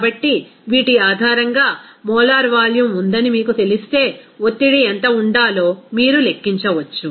కాబట్టి వీటి ఆధారంగా మోలార్ వాల్యూమ్ ఉందని మీకు తెలిస్తే ఒత్తిడి ఎంత ఉండాలో మీరు లెక్కించవచ్చు